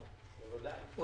הוא